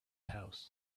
house